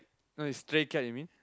no a stray cat you mean